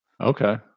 okay